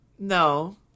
No